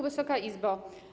Wysoka Izbo!